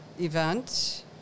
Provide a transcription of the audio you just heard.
event